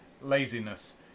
laziness